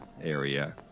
area